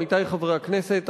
עמיתי חברי הכנסת,